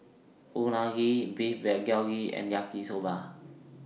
Unagi Beef Galbi and Yaki Soba